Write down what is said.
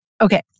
okay